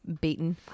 beaten